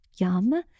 Yum